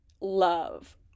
love